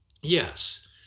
Yes